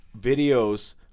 videos